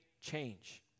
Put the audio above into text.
change